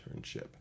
internship